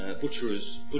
butchers